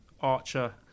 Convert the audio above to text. Archer